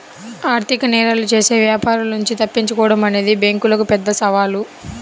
ఆర్థిక నేరాలు చేసే వ్యాపారుల నుంచి తప్పించుకోడం అనేది బ్యేంకులకు పెద్ద సవాలు